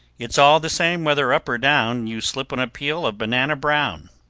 it's all the same whether up or down you slip on a peel of banana brown.